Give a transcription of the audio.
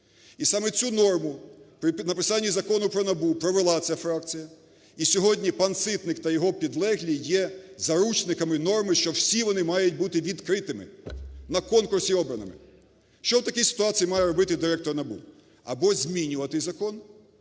І саме цю норму при написання Закону про НАБУ провела ця фракція. І сьогодні пан Ситник та його підлеглі є заручниками норми, що всі вони мають бути відкритими, на конкурсі обраними. Що в такій ситуації має робити директор НАБУ? Або змінювати закон,